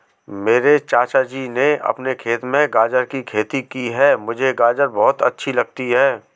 मेरे चाचा जी ने अपने खेत में गाजर की खेती की है मुझे गाजर बहुत अच्छी लगती है